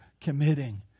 committing